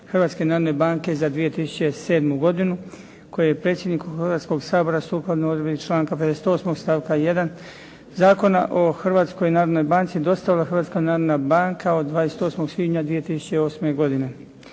Hrvatske narodne banke za 2007. koje je predsjedniku Hrvatskoga sabora sukladno odredbi članka 58. stavka 1. Zakona o Hrvatskoj narodnoj banci dostavila Hrvatska narodna banka od 28. svibnja 2008. godine.